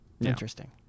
interesting